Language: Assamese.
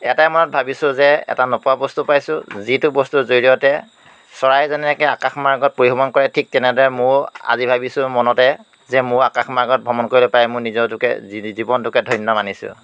এটাই মনত ভাবিছোঁ যে এটা নোপোৱা বস্তু পাইছোঁ যিটো বস্তুৰ জৰিয়তে চৰাই যেনেকৈ আকাশমাৰ্গত পৰিভ্ৰমণ কৰে ঠিক তেনেদৰে ময়ো আজি ভাবিছোঁ মনতে যে ময়ো আকাশমাৰ্গত ভ্ৰমণ কৰিবলৈ পাই মোৰ নিজৰটোকে জীৱনটোকে ধন্য মানিছোঁ